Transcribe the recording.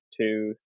two